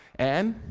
and,